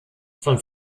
von